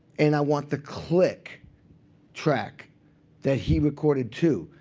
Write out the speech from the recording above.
and i want the click track that he recorded, too,